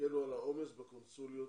ויקלו על העומס בקונסוליות